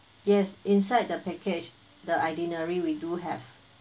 yes inside the package the itinerary we do have